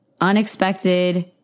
unexpected